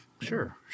Sure